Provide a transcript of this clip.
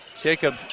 Jacob